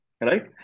right